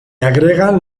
agregan